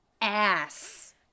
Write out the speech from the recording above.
ass